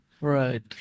Right